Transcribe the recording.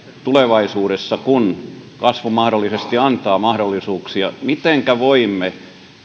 tulevaisuudessa kun kasvu mahdollisesti antaa mahdollisuuksia voimme